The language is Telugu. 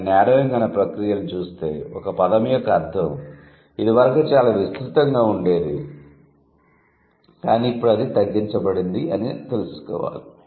కాని నారోయింగ్ అన్న ప్రక్రియను చూస్తే ఒక పదం యొక్క అర్థం ఇదివరకు చాలా విస్తృతంగా ఉండేది కానీ ఇప్పుడు అది తగ్గించబడింది అని తెలుసుకోవాలి